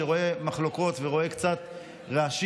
שרואה מחלוקות ורואה קצת רעשים,